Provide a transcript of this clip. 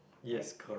right ya